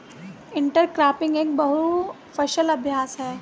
intercropping एक बहु फसल अभ्यास है